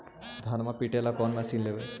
धनमा पिटेला कौन मशीन लैबै?